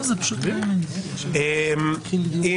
אם